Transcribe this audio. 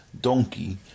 donkey